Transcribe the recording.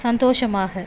சந்தோஷமாக